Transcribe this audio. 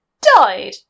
died